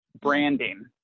branding